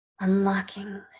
Unlocking